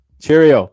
Cheerio